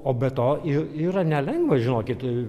o be to yra nelengva žinokit